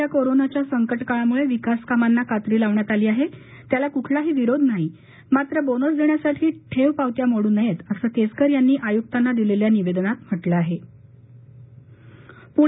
सध्या कोरोनाच्या संक काळामुळे विकास कामांना कात्री लावण्यात आली आहे याला कोणताही विरोध नाही मात्र तो देण्यासाठी ठेव पावत्या मोडू नयेत असं केसकर यांनी आयुक्तांना दिलेल्या निवेदनात म्हानिं आहे